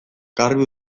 garbi